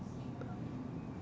it's also food